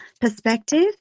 perspective